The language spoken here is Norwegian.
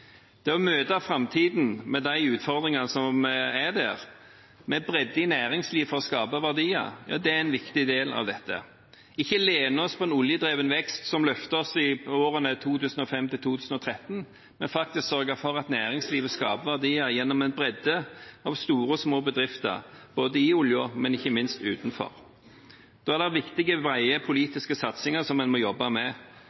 Det å møte framtiden med de utfordringer som er der, med bredde i næringsliv for å skape verdier, ja det er en viktig del av dette – ikke lene oss på en oljedrevet vekst som løftet oss i årene 2005–2013, men faktisk sørge for at næringslivet skaper verdier gjennom en bredde av store og små bedrifter, både i oljen og ikke minst utenfor. Da er det viktige,